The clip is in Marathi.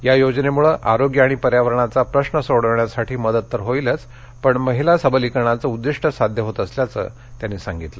या योजनेमुळे आरोग्य आणि पर्यावरणाचा प्रश्न सोडविण्यासाठी मदत तर होईलच पण महिला सबलीकरणाचं उदिष्ट्य साध्य होत असल्याचं उपराष्ट्रपतींनी सांगितलं